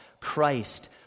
Christ